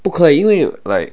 不可以因为 like